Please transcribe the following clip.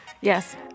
Yes